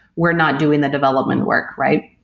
we're not doing the development work, right?